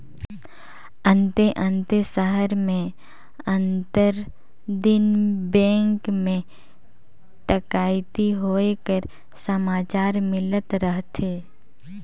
अन्ते अन्ते सहर में आंतर दिन बेंक में ठकइती होए कर समाचार मिलत रहथे